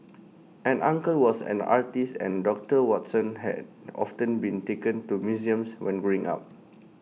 an uncle was an artist and doctor Watson had often been taken to museums when growing up